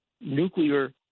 nuclear